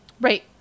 right